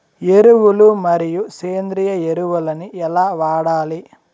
ఎరువులు మరియు సేంద్రియ ఎరువులని ఎలా వాడాలి?